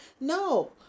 No